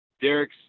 Derek's